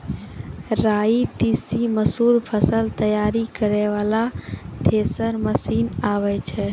राई तीसी मसूर फसल तैयारी करै वाला थेसर मसीन आबै छै?